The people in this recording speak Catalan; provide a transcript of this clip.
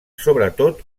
sobretot